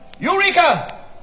Eureka